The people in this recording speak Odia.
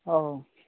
ହଉ